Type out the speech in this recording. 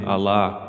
Allah